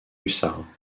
hussards